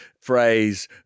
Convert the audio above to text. phrase